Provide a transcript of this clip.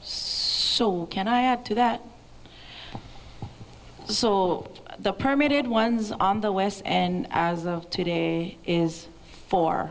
so what can i add to that the permitted ones on the west and as of today is for